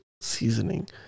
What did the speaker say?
seasoning